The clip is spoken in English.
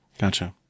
Gotcha